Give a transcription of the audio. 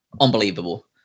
unbelievable